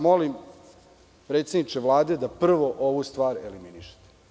Molim vas predsedniče Vlade da prvo ovu stvar eliminišete.